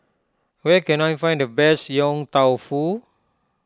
where can I find the best Yong Tau Foo